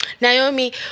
Naomi